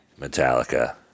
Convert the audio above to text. Metallica